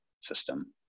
system